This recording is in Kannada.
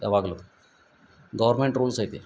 ಯಾವಾಗಲೂ ಗೌರ್ಮೆಂಟ್ ರೂಲ್ಸ್ ಐತಿ